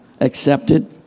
accepted